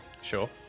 Sure